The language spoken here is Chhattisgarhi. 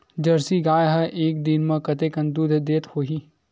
जर्सी गाय ह एक दिन म कतेकन दूध देत होही?